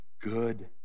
good